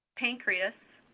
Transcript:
pancreas,